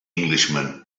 englishman